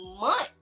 months